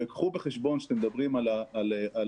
וקחו בחשבון שאתם מדברים על הצעירים,